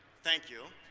thank you.